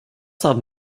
haben